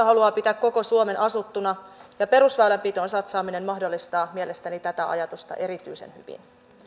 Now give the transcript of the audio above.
haluaa pitää koko suomen asuttuna ja perusväylänpitoon satsaaminen mahdollistaa mielestäni tätä ajatusta erityisen hyvin